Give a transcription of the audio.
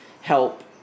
help